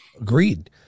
Agreed